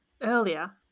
earlier